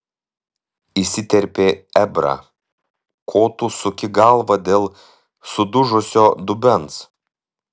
įsiterpė ebrą ko tu suki galvą dėl sudužusio dubens